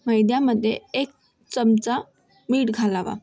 मैद्यामध्ये एक चमचा मीठ घालावा